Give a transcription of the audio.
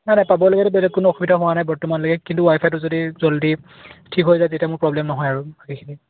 নাই কোনো অসবিধা হোৱা নাই বৰ্তমানলৈকে কিন্তু ৱাই ফাইটো যদি জলদি ঠিক হৈ যায় তেতিয়া মোৰ প্ৰবলেম নহয় আৰু